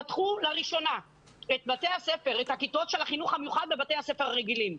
פתחו לראשונה את הכיתות של החינוך המיוחד בבתי הספר הרגילים,